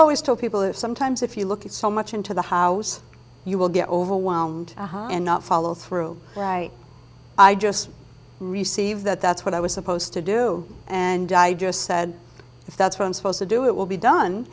always told people or sometimes if you look at so much into the house you will get overwhelmed and not follow through i just receive that that's what i was supposed to do and i just said if that's what i'm supposed to do it will be done